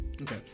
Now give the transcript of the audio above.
Okay